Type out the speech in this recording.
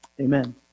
Amen